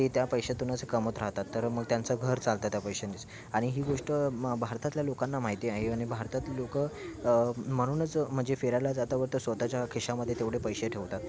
ते त्या पैशातूनच कमत राहतात तर मग त्यांच घर चालत त्या पैशांनीच आणि ही गोष्ट म भारतातल्या लोकांना माहिती आहे आणि भारतात लोकं म्हणूनच म्हणजे फिरायला जाता व तर स्वतःच्या खिशामध्ये तेवढे पैसे ठेवतात